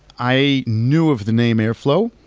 i knew of the name airflow.